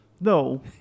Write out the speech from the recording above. No